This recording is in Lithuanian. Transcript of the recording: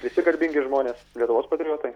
visi garbingi žmonės lietuvos patriotai